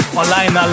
online